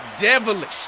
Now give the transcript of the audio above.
devilish